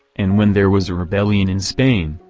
and when there was a rebellion in spain,